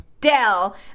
Dell